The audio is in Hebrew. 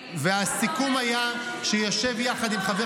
----- והסיכום היה שנשב יחד עם חבר